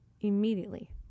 immediately